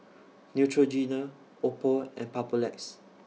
Neutrogena Oppo and Papulex